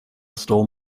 stole